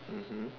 mmhmm